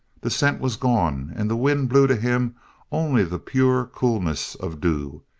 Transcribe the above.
the scent was gone and the wind blew to him only the pure coolness of dew,